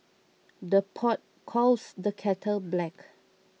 the pot calls the kettle black